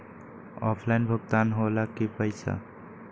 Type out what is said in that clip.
Offline भुगतान हो ला कि पईसा?